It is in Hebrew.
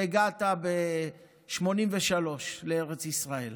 והגעת לארץ ישראל